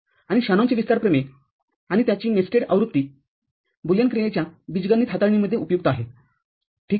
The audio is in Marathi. आणि शॅनॉनचे विस्तार प्रमेय आणि त्याची नेस्टेडआवृत्ती बुलियन क्रियेच्या बीजगणित हाताळणीमध्ये उपयुक्त आहे ठीक आहे